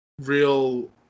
real